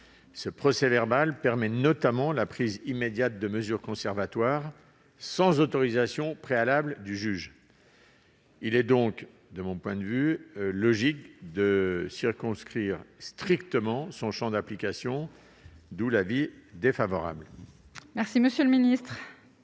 Ce procès-verbal permet notamment la prise immédiate de mesures conservatoires sans autorisation préalable du juge. Il est donc logique de circonscrire strictement son champ d'application. La commission est défavorable